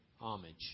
homage